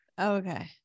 Okay